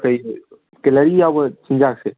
ꯀꯔꯤ ꯀꯔꯤ ꯀꯦꯂꯣꯔꯤ ꯌꯥꯎꯕ ꯆꯤꯟꯖꯥꯛꯁꯦ